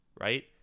right